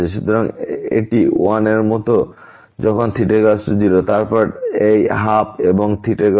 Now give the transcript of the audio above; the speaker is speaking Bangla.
সুতরাং এটি 1 এর মত যখন 0 এবং তারপর এই 12 এবং 1